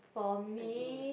for me